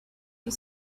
you